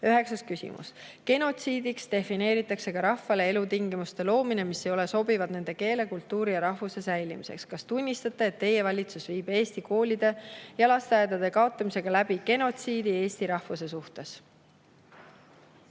Üheksas küsimus: "Genotsiidiks defineeritakse ka rahvale elutingimuste loomine, mis ei ole sobivad nende keele, kultuuri ja rahvuse säilimiseks. Kas tunnistate, et teie valitsus viib eesti koolide ja lasteaedade kaotamisega läbi genotsiidi eesti rahvuse suhtes?"